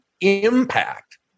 impact